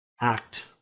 act